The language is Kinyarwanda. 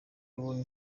abonye